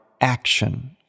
action